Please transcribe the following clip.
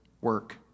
work